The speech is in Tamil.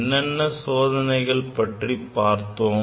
என்னென்ன சோதனைகள் பற்றி பார்த்தோம்